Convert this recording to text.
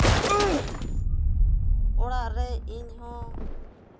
ᱚᱲᱟᱜ ᱨᱮ ᱤᱧ ᱦᱚᱸ